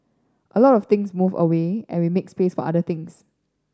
a lot of things move away and will make space for other things